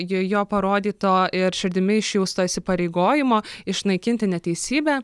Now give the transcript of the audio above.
jo jo parodyto ir širdimi išjausto įsipareigojimo išnaikinti neteisybę